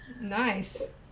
nice